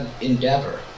endeavor